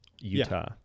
Utah